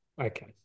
Okay